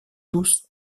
tous